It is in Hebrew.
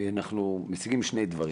אנחנו משיגים שני דברים.